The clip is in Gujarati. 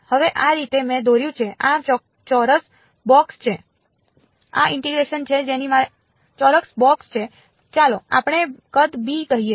હવે આ રીતે મેં દોર્યું છે આ ચોરસ બોક્સ છે ચાલો આપણે કદ b કહીએ